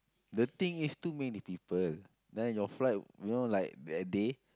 the thing is too many people then your flight you know like that day